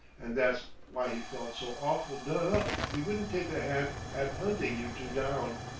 and that's why he felt so awful done up he wouldn't take a hand at hunting you two down,